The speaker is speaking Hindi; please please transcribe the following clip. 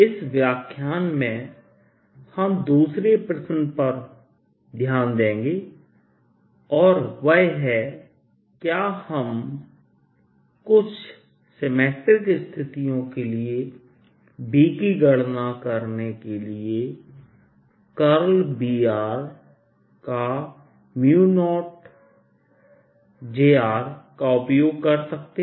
इस व्याख्यान में हम दूसरे प्रश्न पर ध्यान देंगे और वह है क्या हम कुछ सिमेट्रिक स्थितियों के लिए B की गणना करने के लिए B0j का उपयोग कर सकते हैं